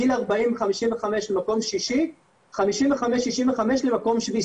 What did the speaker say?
גיל 40-55 מקום שישי, גיל 55-65 למקום שביעי.